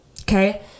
okay